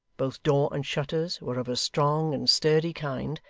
both door and shutters were of a strong and sturdy kind,